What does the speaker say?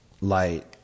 light